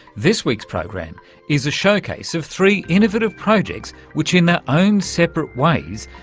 this week's program is a showcase of three innovative projects which, in their own separate ways,